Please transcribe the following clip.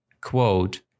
quote